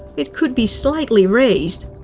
it could be slightly raised.